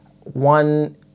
One